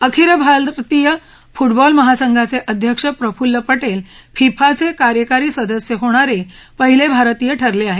अखिल भारतीय फुटबॉल महासंघाचे अध्यक्ष प्रफुल्ल पटेल फिफाचे कार्यकारी सदस्य होणारे पहिले भारतीय ठरले आहेत